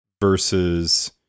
versus